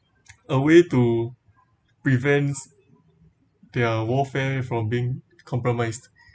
a way to prevent their warfare from being compromised